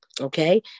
Okay